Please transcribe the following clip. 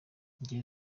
njye